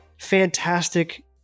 fantastic